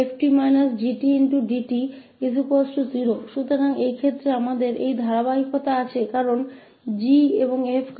तो इस मामले में भी हमारे पास यह continuous ता है क्योंकि और continuous हैं